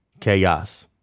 Chaos